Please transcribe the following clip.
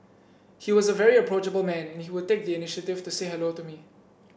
he was a very approachable man and he would take the initiative to say hello to me